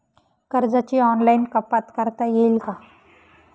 कर्जाची ऑनलाईन कपात करता येईल का?